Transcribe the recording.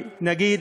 נגיד,